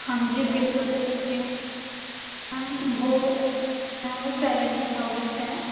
ہاں جی بالکل دے سکتی ہوں وہ میم وہ سیونٹی تھاؤزینڈ کا ہے